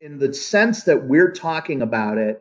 in the sense that we're talking about it